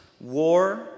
war